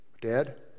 Dad